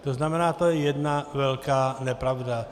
To znamená, to je jedna velká nepravda.